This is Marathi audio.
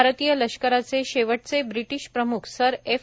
भारतीय लष्कराचे शेवटचे ब्रिटिश प्रमुख सर एफ